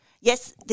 Yes